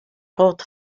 rote